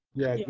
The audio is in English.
yeah.